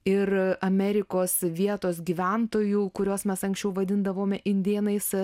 ir amerikos vietos gyventojų kuriuos mes anksčiau vadindavome indėnais